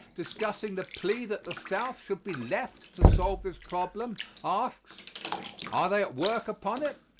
discussing the plea that the south should be left to solve this problem, asks are they at work upon it?